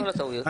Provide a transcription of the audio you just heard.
כל הטעויות.